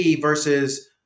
versus